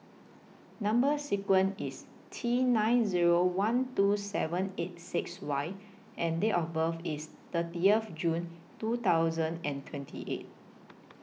Number sequence IS T nine Zero one two seven eight six Y and Date of birth IS thirty of June two thousand and twenty eight